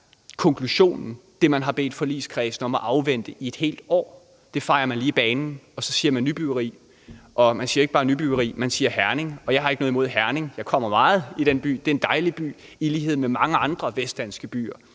konklusionen. Det, man har bedt forligskredsen om at afvente i et helt år, fejer man lige af banen, og så siger man nybyggeri, og man siger jo ikke bare nybyggeri, man siger også Herning. Jeg har ikke noget imod Herning – jeg kommer meget i den by, Herning er i lighed med mange andre vestdanske byer